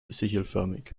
sichelförmig